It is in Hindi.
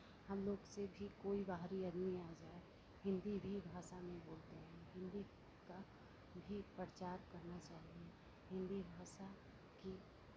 हम लोग से भी कोई बाहरी आदमी आ जाए हिन्दी भी भाषा में बोलते हैं हिन्दी का भी प्रचार करना चाहिए हिन्दी भाषा की